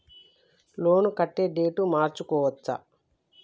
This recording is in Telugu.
లోన్ కట్టే డేటు మార్చుకోవచ్చా?